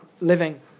living